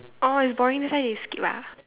oh it's boring that's why you skip ah